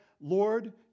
lord